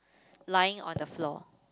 lying on the floor